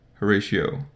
Horatio